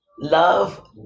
Love